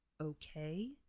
Okay